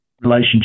relationship